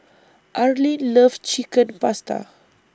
Arlene loves Chicken Pasta